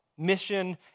mission